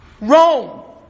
Rome